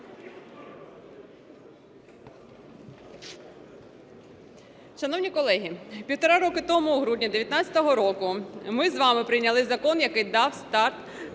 Дякую.